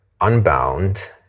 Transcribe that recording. Unbound